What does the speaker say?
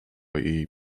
jej